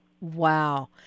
Wow